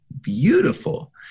beautiful